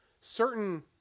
certain